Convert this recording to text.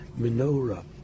menorah